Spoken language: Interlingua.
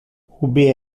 ubi